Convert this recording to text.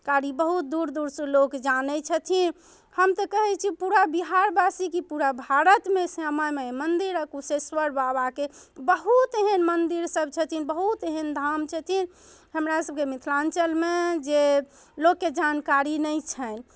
कारी बहुत दूर दूरसँ लोक जानै छथिन हम तऽ कहै छी पूरा बिहारवासी कि पूरा भारतमे श्यामा माइ मन्दिर आओर कुशेश्वर बाबाके बहुत एहन मन्दिरसब छथिन बहुत एहन धाम छथिन हमरा सभके मिथिलाञ्चलमे जे लोकके जानकारी नहि छनि